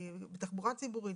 בתחבורה ציבורית.